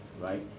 right